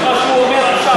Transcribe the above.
זה מה שהוא אומר עכשיו.